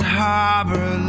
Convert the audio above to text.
harbor